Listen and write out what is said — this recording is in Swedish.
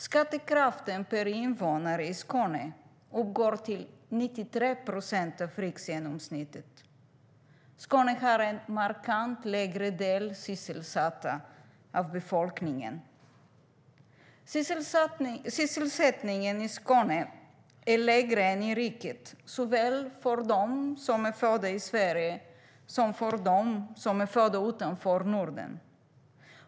Skattekraften per invånare uppgår i Skåne till 93 procent av riksgenomsnittet. Skåne har en markant lägre andel av befolkningen som är sysselsatt. Sysselsättningen i Skåne är lägre än i riket som helhet. Det gäller såväl de som är födda i Sverige som de som är födda utanför Norden.